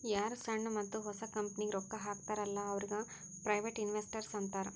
ಯಾರು ಸಣ್ಣು ಮತ್ತ ಹೊಸ ಕಂಪನಿಗ್ ರೊಕ್ಕಾ ಹಾಕ್ತಾರ ಅಲ್ಲಾ ಅವ್ರಿಗ ಪ್ರೈವೇಟ್ ಇನ್ವೆಸ್ಟರ್ ಅಂತಾರ್